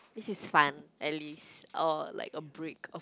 this is fun at least or like a break